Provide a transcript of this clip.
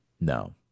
No